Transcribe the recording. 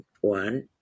one